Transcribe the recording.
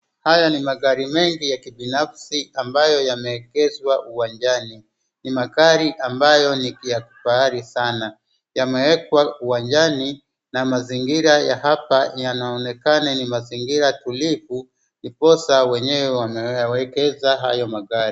Haya ni magari mengi ya kibinafsi ambayo yameegezwa uwanjani, magari ambayo ni ya kifahari sana. Yameekwa uwanjani na mazingira ya hapa yanaonekana ni mazingira tulivu ndiposa wenyewe wameegeza hayo magari.